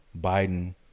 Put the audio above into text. Biden